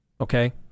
Okay